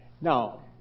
Now